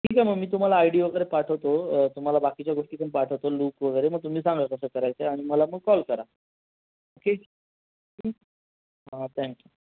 ठीक आहे मग मी तुम्हाला आय डी वगैरे पाठवतो तुम्हाला बाकीच्या गोष्टी पण पाठवतो लूक वगैरे मग तुम्ही सांगा कसं करायचं आहे आणि मला मग कॉल करा ओके हां थँक यू